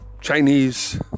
Chinese